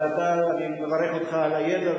אבל אני מברך אותך על הידע,